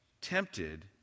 tempted